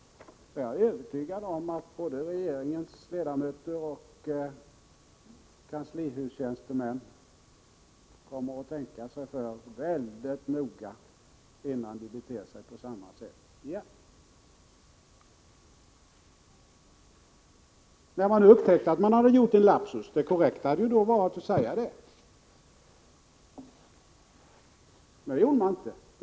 Jag är övertygad om att både regeringens ledamöter och kanslihustjänstemän kommer att tänka sig för mycket noga, innan de beter sig på samma sätt igen. När man upptäckte att man gjort en lapsus hade det korrekta varit att erkänna det, men det gjorde man inte.